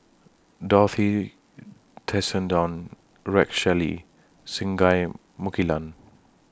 Dorothy Tessensohn Rex Shelley Singai Mukilan